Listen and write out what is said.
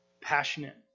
passionate